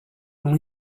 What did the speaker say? when